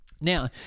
Now